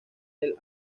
del